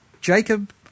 Jacob